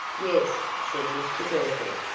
yes, said mr girtle,